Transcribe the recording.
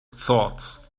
thoughts